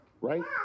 right